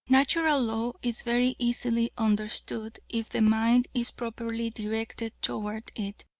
natural law is very easily understood if the mind is properly directed toward it.